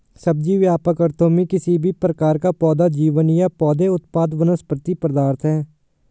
सब्जी, व्यापक अर्थों में, किसी भी प्रकार का पौधा जीवन या पौधे उत्पाद वनस्पति पदार्थ है